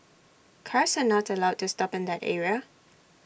cars are not allowed to stop in that area